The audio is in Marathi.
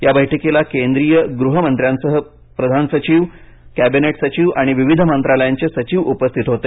या बैठकीला केंद्रीय गृह मंभ्यांसह प्रधान सचिव कॅबिनेट सचिव आणि विविध मंत्रालयांचे सचिव उपस्थित होते